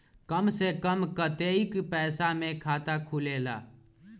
कम से कम कतेइक पैसा में खाता खुलेला?